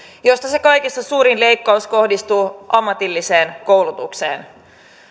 joista se kaikista suurin leikkaus kohdistuu ammatilliseen koulutukseen